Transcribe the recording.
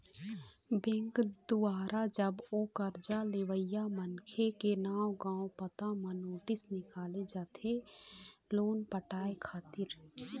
bank दुवारा जब ओ करजा लेवइया मनखे के नांव गाँव पता म नोटिस निकाले जाथे लोन पटाय खातिर